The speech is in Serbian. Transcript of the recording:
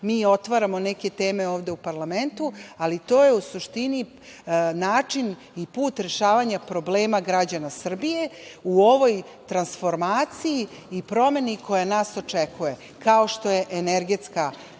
mi otvaramo neke teme ovde u parlamentu, ali to je, u suštini, način i put rešavanja problema građana Srbije u ovoj transformaciji i promeni koja nas očekuje, kao što je energetska